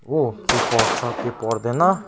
हो के पर्छ के पर्दैन